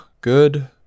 good